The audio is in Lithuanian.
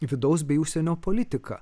vidaus bei užsienio politika